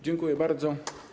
Dziękuję bardzo.